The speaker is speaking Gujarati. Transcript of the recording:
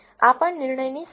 આ પણ નિર્ણયની સીમા છે